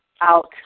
out